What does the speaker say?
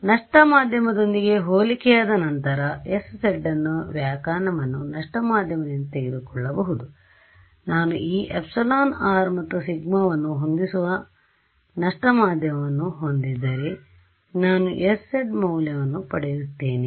ಆದ್ದರಿಂದ ನಷ್ಟ ಮಾಧ್ಯಮದೊಂದಿಗೆ ಹೋಲಿಕೆಯಾದ ನಂತರszನ ವ್ಯಾಖ್ಯಾನವನ್ನು ನಷ್ಟ ಮಾಧ್ಯಮದಿಂದ ತೆಗೆದುಕೊಳ್ಳಬಹುದು ಆದ್ದರಿಂದ ನಾನು ಈ εr ಮತ್ತು σ ವನ್ನು ಹೊಂದಿಸುವ ನಷ್ಟ ಮಾಧ್ಯಮವನ್ನು ಹೊಂದಿದ್ದರೆ ನಾನು sz ಮೌಲ್ಯವನ್ನು ಪಡೆಯುತ್ತೇನೆ